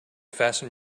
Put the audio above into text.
fasten